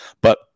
But-